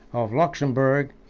of luxemburgh,